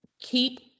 keep